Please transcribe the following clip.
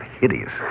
hideous